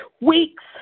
weeks